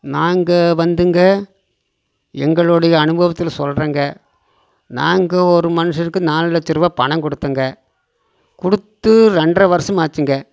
நாங்கள் வந்துங்க எங்களுடைய அனுபவத்தில் சொல்றேங்க நாங்கள் ஒரு மனுசனுக்கு நாலு லட்சருவா பணம் கொடுத்தங்க கொடுத்து ரெண்டர வருஷம் ஆச்சிங்க